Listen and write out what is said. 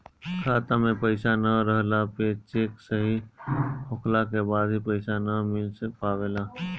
खाता में पईसा ना रहला पे चेक सही होखला के बाद भी पईसा ना निकल पावेला